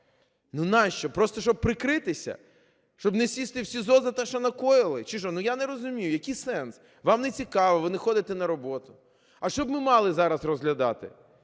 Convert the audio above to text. Ну навіщо? Просто щоб прикритися? Щоб не сісти в СІЗО за те, що накоїли, чи що? Ну, я не розумію, який сенс? Вам нецікаво, ви не ходите на роботу. А що б ми мали зараз розглядати?